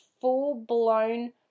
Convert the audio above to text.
full-blown